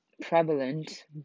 prevalent